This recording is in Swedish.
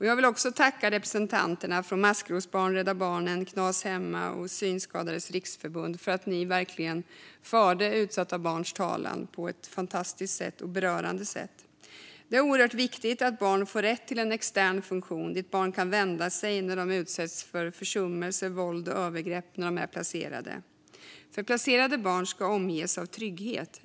Jag vill tacka representanterna från Maskrosbarn, Rädda Barnen, Knas Hemma och Synskadades Riksförbund för att de verkligen förde utsatta barns talan på ett fantastiskt och berörande sätt. Det är oerhört viktigt att barn får rätt till en extern funktion dit de kan vända sig när de utsätts för försummelse, våld eller övergrepp när de är placerade. Placerade barn ska omges av trygghet.